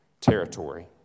territory